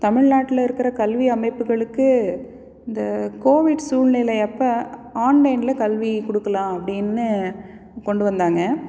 தமிழ்நாட்டில் இருக்கிற கல்வி அமைப்புகளுக்கு இந்த கோவிட் சூழ்நிலை அப்போ ஆன்லைனில் கல்வி கொடுக்கலாம் அப்படின்னு கொண்டு வந்தாங்க